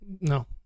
No